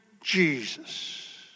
Jesus